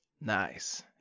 nice